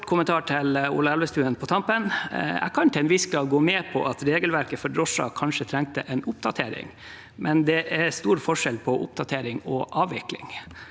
kort kommentar til Ola Elvestuen på tampen. Jeg kan til en viss grad gå med på at regelverket for drosjer kanskje trengte en oppdatering, men det er stor forskjell på en oppdatering og en avvikling.